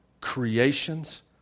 creations